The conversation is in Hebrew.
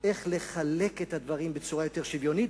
איך לחלק את הדברים בצורה יותר שוויונית